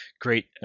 great